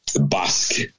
Basque